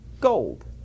gold